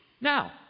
Now